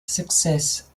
success